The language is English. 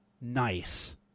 nice